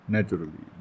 Naturally